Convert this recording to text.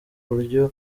buryo